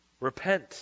Repent